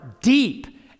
deep